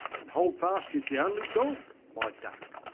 and hold-fast is the onely dogge my ducke,